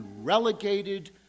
relegated